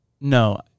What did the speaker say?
No